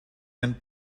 and